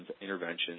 interventions